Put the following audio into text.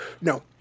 No